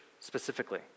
specifically